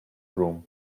broom